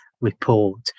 report